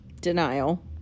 Denial